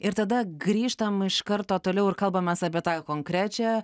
ir tada grįžtam iš karto toliau ir kalbamės apie tą konkrečią